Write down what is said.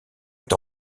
est